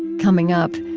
coming up,